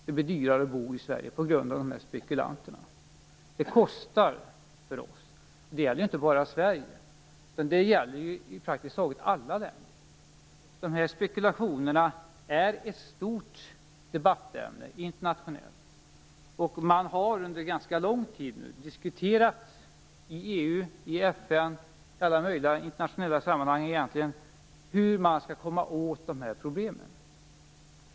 Det blir dyrare att bo i Sverige på grund av spekulanterna. Detta kostar oss - men det gäller inte bara Sverige. Det gäller i praktiskt taget alla länder. Dessa spekulationer är internationellt ett stort debattämne. Under lång tidhar man diskuterat i EU, FN och i alla möjliga internationella sammanhang hur man skall komma åt problemen.